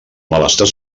malestar